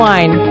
Wine